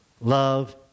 love